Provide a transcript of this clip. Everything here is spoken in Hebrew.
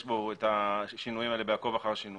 יש בו את השינויים האלה ב-עקוב אחרי השינויים.